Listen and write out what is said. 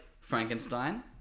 frankenstein